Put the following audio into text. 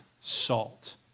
salt